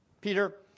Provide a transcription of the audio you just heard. Peter